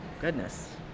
goodness